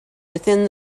within